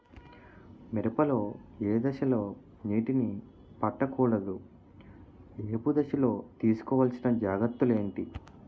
మిరప లో ఏ దశలో నీటినీ పట్టకూడదు? ఏపు దశలో తీసుకోవాల్సిన జాగ్రత్తలు ఏంటి?